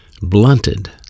blunted